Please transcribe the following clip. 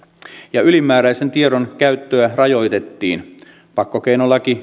ja ylimääräisen tiedon käyttöä rajoitettiin pakkokeinolaki